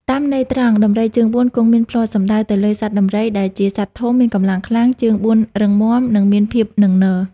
តាមន័យត្រង់ ដំរីជើងបួនគង់មានភ្លាត់ សំដៅទៅលើសត្វដំរីដែលជាសត្វធំ មានកម្លាំងខ្លាំង ជើងបួនរឹងមាំ និងមានភាពនឹងនរ។